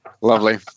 Lovely